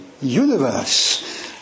universe